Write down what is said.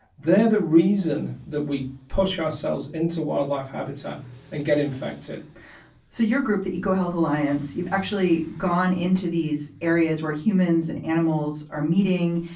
they're the reason that we push ourselves into wildlife habitat and get infected so your group, the eco health alliance, you've actually gone into these areas where humans and animals are meeting.